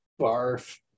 barf